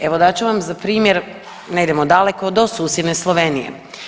Evo, dat ću vam za primjer ne idemo daleko do susjedne Slovenije.